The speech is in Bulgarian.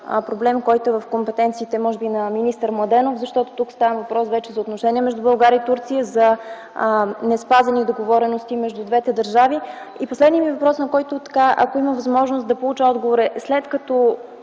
проблем, който е в компетенциите може би на министър Младенов, защото тук става въпрос вече за отношения между България и Турция, за неспазени договорености между двете държави. Последният ми въпрос, на който, ако има възможност, бих искала да получа отговор – след по